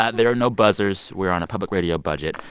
ah there are no buzzers. we're on a public radio budget.